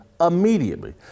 immediately